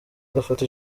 agafata